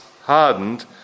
hardened